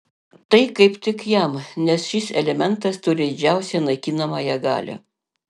tai kaip tik jam nes šis elementas turi didžiausią naikinamąją galią